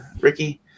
Ricky